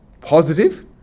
positive